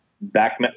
back